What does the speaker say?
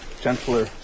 gentler